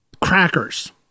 crackers